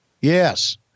Yes